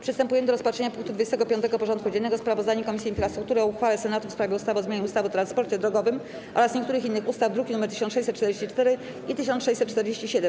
Przystępujemy do rozpatrzenia punktu 25. porządku dziennego: Sprawozdanie Komisji Infrastruktury o uchwale Senatu w sprawie ustawy o zmianie ustawy o transporcie drogowym oraz niektórych innych ustaw (druki nr 1644 i 1647)